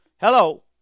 Hello